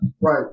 Right